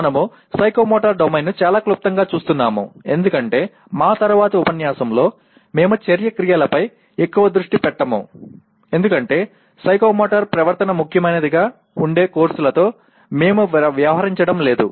మనము సైకోమోటర్ డొమైన్ను చాలా క్లుప్తంగా చూస్తున్నాము ఎందుకంటే మా తరువాతి ఉపన్యాసంలో మేము చర్య క్రియలపై ఎక్కువ దృష్టి పెట్టము ఎందుకంటే సైకోమోటర్ ప్రవర్తన ముఖ్యమైనదిగా ఉండే కోర్సులతో మేము వ్యవహరించడం లేదు